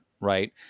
right